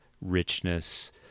richness